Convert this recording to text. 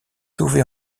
sauvés